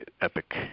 Epic